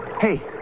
Hey